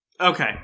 Okay